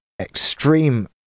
extreme